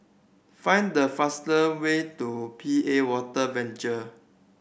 find the fastest way to P A Water Venture